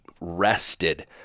rested